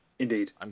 Indeed